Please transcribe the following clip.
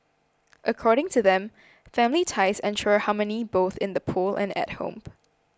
according to them family ties ensure harmony both in the pool and at home